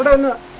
but on the